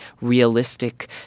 realistic